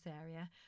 area